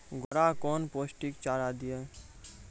घोड़ा कौन पोस्टिक चारा दिए?